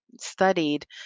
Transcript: studied